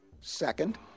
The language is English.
Second